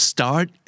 Start